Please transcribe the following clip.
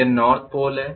यह north pole है